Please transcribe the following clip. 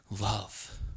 love